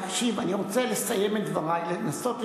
תקשיב, אני רוצה לסיים דברי, לנסות לשכנע.